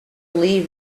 leave